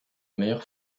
meilleure